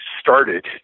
started